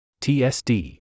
TSD